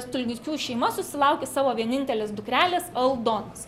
stulginskių šeima susilaukė savo vienintelės dukrelės aldonos